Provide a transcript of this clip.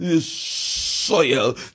soil